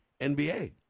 NBA